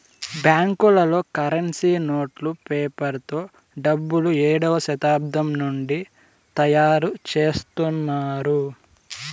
బ్యాంకులలో కరెన్సీ నోట్లు పేపర్ తో డబ్బులు ఏడవ శతాబ్దం నుండి తయారుచేత్తున్నారు